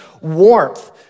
warmth